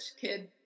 kid